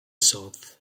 sought